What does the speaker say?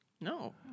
No